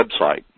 website